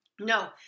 No